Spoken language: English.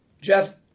Jeff